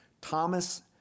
Thomas